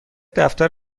دفتر